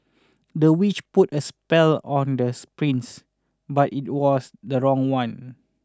the witch put a spell on the prince but it was the wrong one